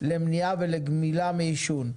למניעה ולגמילה מעישון.